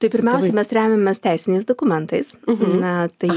tai pirmiausiai mes remiamės teisiniais dokumentais na tai